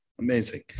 Amazing